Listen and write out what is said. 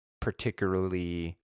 particularly